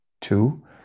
Two